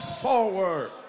Forward